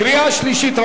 קריאה שלישית.